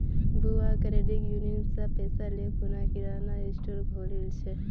बुआ credit union स पैसा ले खूना किराना स्टोर खोलील छ